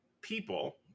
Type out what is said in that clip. people